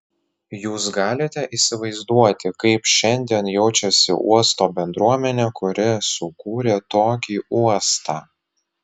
jūs galite įsivaizduoti kaip šiandien jaučiasi uosto bendruomenė kuri sukūrė tokį uostą